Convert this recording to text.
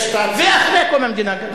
ואחרי קום המדינה גם.